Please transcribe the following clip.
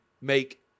make